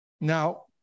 Now